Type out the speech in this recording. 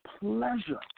pleasure